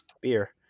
beer